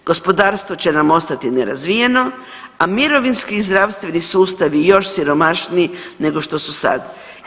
Gospodarstvo će nam ostati nerazvijeno, a mirovinski i zdravstveni sustavi još siromašniji nego što su sad.